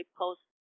post